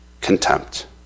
contempt